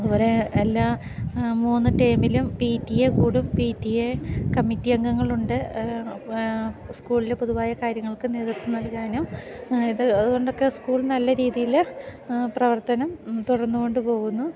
അതു പോലെ എല്ലാ മൂന്ന് ടേമിലും പി ടി എ കൂടും പി ടി എ കമ്മിറ്റി അംഗങ്ങളുണ്ട് സ്കൂളിൽ പൊതുവായ കാര്യങ്ങൾക്ക് നേതൃത്വം നൽകാനും ഇത് അതു കൊണ്ടൊക്കെ സ്കൂളിൽ നല്ല രീതിയിൽ പ്രവർത്തനം തുടർന്നു കൊണ്ടു പോകുന്നു